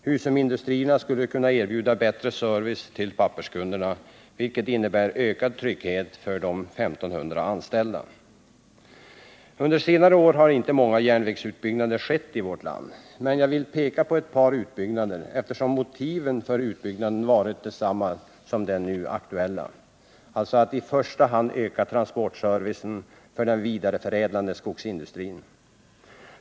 Husumindustrierna skulle kunna erbjuda bättre service till papperskunderna, vilket innebär ökad trygghet för de 1 500 anställda. Under senare år har inte många järnvägsutbyggnader skett i vårt land. Men jag vill peka på ett par sådana utbyggnader, eftersom motivet för dem har varit detsamma som det är för den nu aktuella — att i första hand öka transportservicen för den vidareförädlande skogsindustrin.